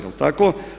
Jel' tako?